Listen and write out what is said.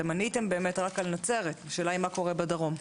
אתם עניתם רק על נצרת, השאלה מה קורה בדרום.